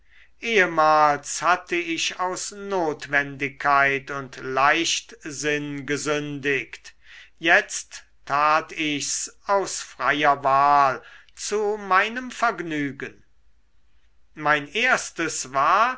ehemals hatte ich aus notwendigkeit und leichtsinn gesündigt jetzt tat ichs aus freier wahl zu meinem vergnügen mein erstes war